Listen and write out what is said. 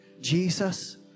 Jesus